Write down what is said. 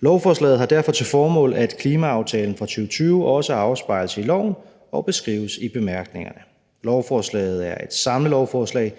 Lovforslaget har derfor til formål, at klimaaftalen fra 2020 også afspejles i loven og beskrives i bemærkningerne. Lovforslaget er et samlelovforslag,